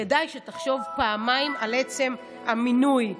כדאי שתחשוב פעמיים על עצם המינוי.